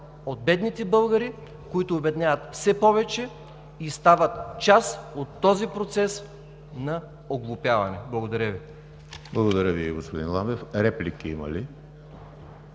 от бедните българи, които обедняват все повече и стават част от този процес на оглупяване. Благодаря Ви. ПРЕДСЕДАТЕЛ ЕМИЛ ХРИСТОВ: Благодаря Ви, господин Ламбев. Реплики има ли?